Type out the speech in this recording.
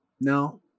No